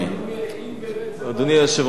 אדוני היושב-ראש,